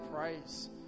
praise